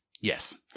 Yes